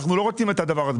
אנחנו לא רוצים את הדבר הזה.